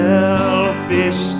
selfish